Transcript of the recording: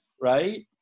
right